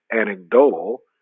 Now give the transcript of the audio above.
anecdotal